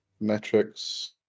metrics